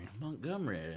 Montgomery